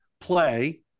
play